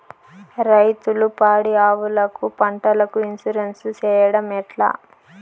రైతులు పాడి ఆవులకు, పంటలకు, ఇన్సూరెన్సు సేయడం ఎట్లా?